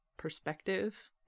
perspective